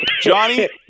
Johnny